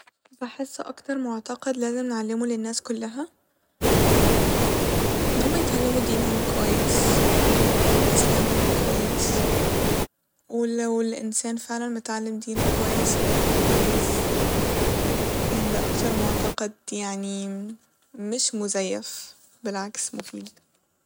بحس أكتر معتقد لازم نعلمه للناس كلها ان هما يتعلمو دينهم كويس اسلامهم كويس ولو الانسان فعلا متعلم دينه كويس هيبقى كويس ، يعني ده اكتر معتقد يعني مش مزيف بالعكس مفيد